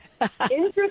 interesting